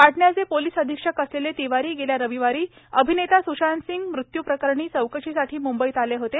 पाटण्याचे police अधीक्षक असलेले तिवारी गेल्या रविवारी अभिनेता स्शांतसिंह मृत्यू प्रकरणी चौकशीसाठी मुंबईत आले होते